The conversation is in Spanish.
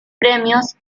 premios